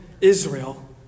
Israel